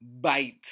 bite